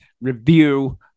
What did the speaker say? review